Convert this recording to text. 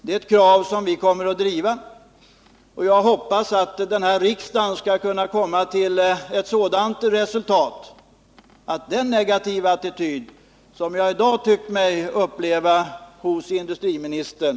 Det är ett krav som vi kommer att driva, och jag hoppas att riksdagen skall inta en annan attityd än den negativa som jag i dag tyckt mig uppfatta hos industriministern.